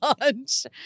lunch